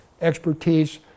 expertise